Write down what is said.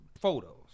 photos